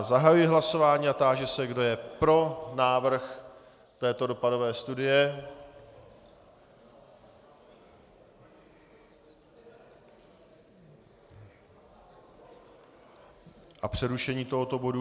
Zahajuji hlasování a táži se, kdo je pro návrh této dopadové studie a přerušení tohoto bodu.